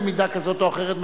במידה כזאת או אחרת,